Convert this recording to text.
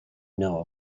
know